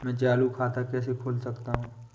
मैं चालू खाता कैसे खोल सकता हूँ?